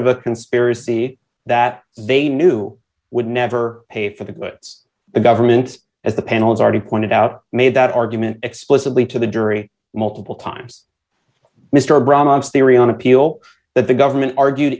of a conspiracy that they knew would never pay for that but the government at the panel's article pointed out made that argument especially to the jury multiple times mr abramoff theory on appeal that the government argued